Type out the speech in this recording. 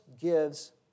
gives